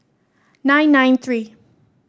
nine nine three